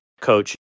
coach